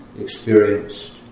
experienced